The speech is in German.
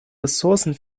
ressourcen